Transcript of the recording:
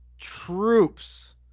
troops